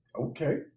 Okay